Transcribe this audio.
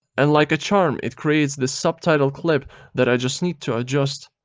and like a charm it creates this subtitle clip that i just need to adjust.